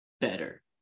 better